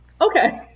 Okay